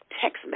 text